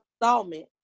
installment